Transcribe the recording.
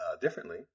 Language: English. differently